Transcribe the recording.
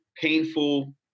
painful